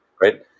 right